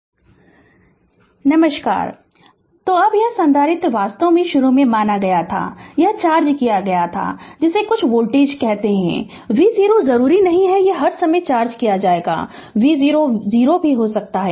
Fundamentals of Electrical Engineering Prof Debapriya Das Department of Electrical Engineering Indian Institute of Technology Kharagpur Lecture 33 First order circuits Contd Refer Slide Time 0018 तो अब यह संधारित्र वास्तव में शुरू में माना गया था यह चार्ज किया गया था कि जिसे कुछ वोल्टेज कहते हैं v0 जरूरी नहीं कि यह हर समय चार्ज किया जाएगा v0 0 भी हो सकता है